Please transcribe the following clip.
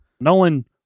Nolan